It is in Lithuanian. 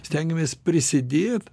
stengiamės prisidėt